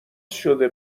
شده